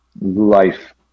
life